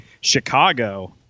Chicago